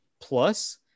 Plus